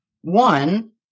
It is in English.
one